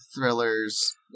thrillers